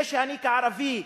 זה שאני כערבי,